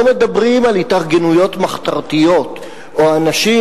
לא מדברים על התארגנויות מחתרתיות או על אנשים